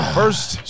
first